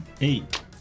Eight